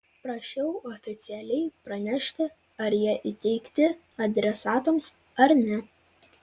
prašiau oficialiai pranešti ar jie įteikti adresatams ar ne